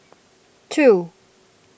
two